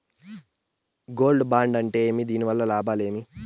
Gold bond అంటే ఏమి? దీని వల్ల లాభాలు ఏమి?